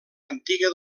antiga